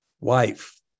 wife